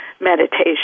meditation